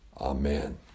Amen